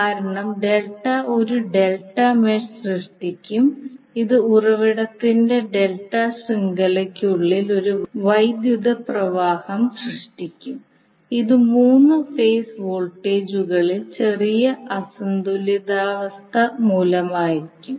കാരണം ഡെൽറ്റ ഒരു delta mesh സൃഷ്ടിക്കും അത് ഉറവിടത്തിന്റെ ഡെൽറ്റ ശൃംഖലയ്ക്കുള്ളിൽ ഒരു വൈദ്യുത പ്രവാഹം സൃഷ്ടിക്കും ഇത് മൂന്ന് ഫേസ് വോൾട്ടേജുകളിൽ ചെറിയ അസന്തുലിതാവസ്ഥ മൂലമായിരിക്കും